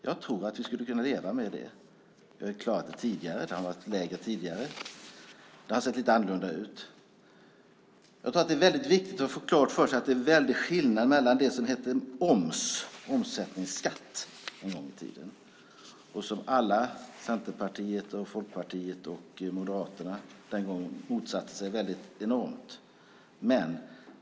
Jag tror att vi skulle kunna leva med en sådan. Det har vi ju klarat i ett annat läge tidigare; det har sett lite annorlunda ut. Det är väldigt viktigt att få klart för sig att det är en väldig skillnad mellan det som hette oms, omsättningsskatt, och som alla - Centerpartiet, Folkpartiet och Moderaterna - den gången motsatte sig enormt.